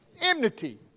enmity